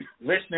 listening